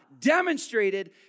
demonstrated